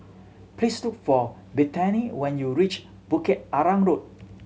please look for Bethany when you reach Bukit Arang Road